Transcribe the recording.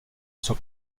sur